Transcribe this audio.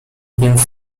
więc